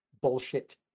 Bullshit